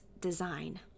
design